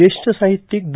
ज्येष्ठ साहित्यिक द